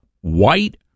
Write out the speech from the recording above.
white